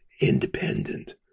independent